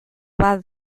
bat